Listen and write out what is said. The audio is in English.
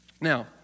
Now